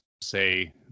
say